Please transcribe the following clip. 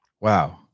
wow